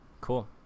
Cool